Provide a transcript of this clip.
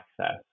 access